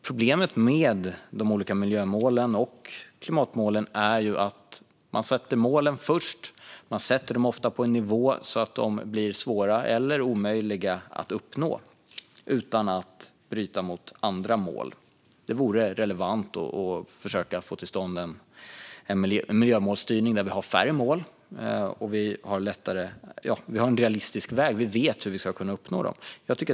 Problemet med de olika miljömålen och klimatmålen är ju att man ofta sätter dem på en nivå så att de blir svåra eller omöjliga att uppnå utan att bryta mot andra mål. Det vore relevant att försöka få till stånd en miljömålsstyrning med färre mål och med en realistisk väg framåt som gör att man vet hur man ska kunna uppnå dem.